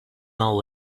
all